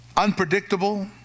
Unpredictable